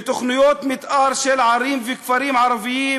ותוכניות מתאר של ערים וכפרים ערביים